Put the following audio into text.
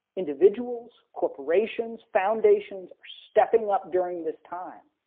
individuals, corporations foundations are stepping up during this time,